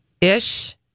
Ish